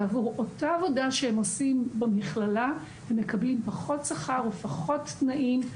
ועבור אותה עבודה שהם עושים במכללה הם מקבלים פחות שכר ופחות תנאים.